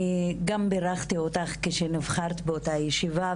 בירכתי אותך כשנבחרת באותה ישיבה,